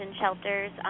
shelters